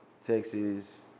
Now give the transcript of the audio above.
Texas